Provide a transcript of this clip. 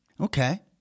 Okay